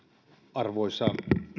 arvoisa